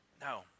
No